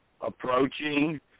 Approaching